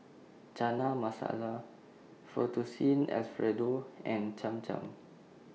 Chana Masala Fettuccine Alfredo and Cham Cham